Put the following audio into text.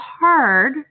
hard